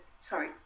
sorry